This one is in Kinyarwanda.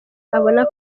abona